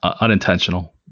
unintentional